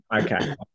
Okay